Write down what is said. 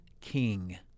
king